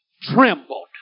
trembled